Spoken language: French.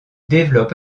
développe